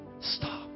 stop